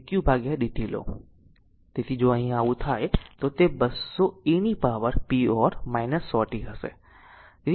તેથી જો અહીં આવું થાય તો તે 200 e to the p or 100 t હશે